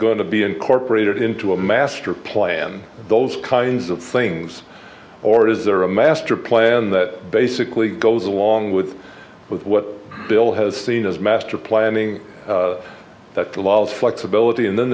to be incorporated into a master plan those kinds of things or is there a master plan that basically goes along with with what bill has seen as master planning that the law is flexibility